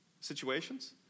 situations